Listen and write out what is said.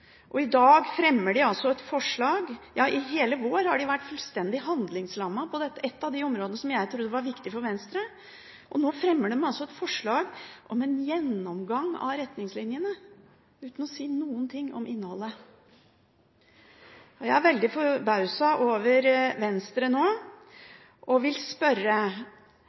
I hele vår har partiet vært fullstendig handlingslammet på et av de områdene som jeg trodde var viktig for Venstre, og nå fremmer man altså et forslag om en gjennomgang av retningslinjene, uten å si noe om innholdet. Jeg er veldig forbauset over Venstre nå, og vil spørre: